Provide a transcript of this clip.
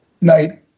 night